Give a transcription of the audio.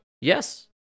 Yes